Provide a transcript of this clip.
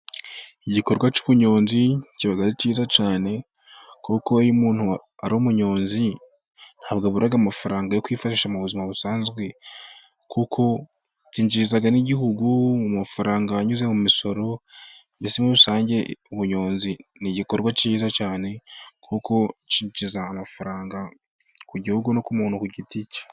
Igikorwa cy'ubuyonzi kiba ari cyiza cyane, kuko iyo umuntu ari umunyonzi ntabwo abura amafaranga yo kwifashi mu buzima busanzwe, kuko bizana amafaranga n'igihugu kikabona ku mafaranga wanyuze mu misoro, muri rusange ubunyonzi n'igikorwa cyiza cyane n kuko kinjiza amafaranga ku gihugu no ku muntu ku giti cye.